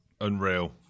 unreal